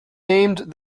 named